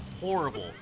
horrible